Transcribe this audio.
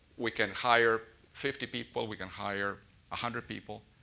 we can hire fifty people. we can hire a hundred people.